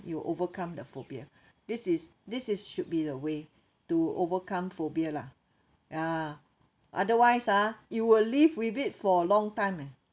you will overcome the phobia this is this is should be the way to overcome phobia lah ya otherwise ah you will live with it for a long time eh